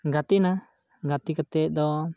ᱜᱟᱛᱮᱭᱱᱟ ᱜᱟᱛᱮ ᱠᱟᱛᱮᱫ ᱫᱚ